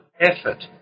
effort